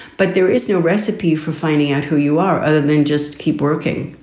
but there is no recipe for finding out who you are other than just keep working.